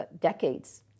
decades